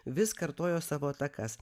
vis kartojo savo atakas